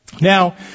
Now